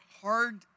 hard